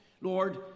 Lord